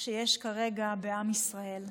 שיש כרגע בעם ישראל,